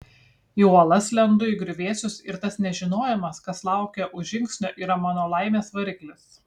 į uolas lendu į griuvėsius ir tas nežinojimas kas laukia už žingsnio yra mano laimės variklis